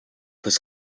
his